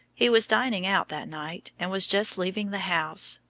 he was dining out that night, and was just leaving the house,